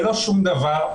ללא שום דבר.